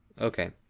okay